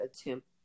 attempt